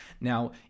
Now